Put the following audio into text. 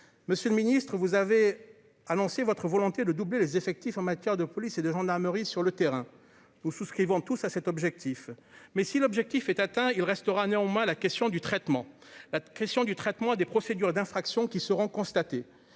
monsieur le Ministre, vous avez annoncé votre volonté de doubler les effectifs en matière de police et de gendarmerie sur le terrain nous souscrivons tous à cet objectif, mais si l'objectif est atteint, il restera néanmoins la question du traitement là Christian du traitement des procédures d'infraction qui seront constatées